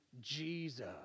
jesus